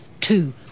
two